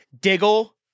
Diggle